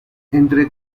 entre